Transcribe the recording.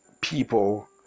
people